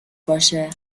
باشه